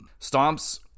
Stomps